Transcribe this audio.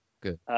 Good